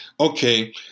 okay